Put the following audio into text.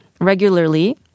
regularly